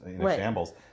shambles